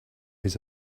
his